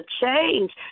change